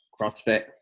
CrossFit